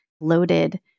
loaded